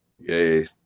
yay